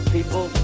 People